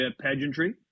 Pageantry